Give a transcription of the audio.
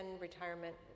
retirement